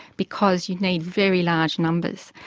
because you need very large numbers.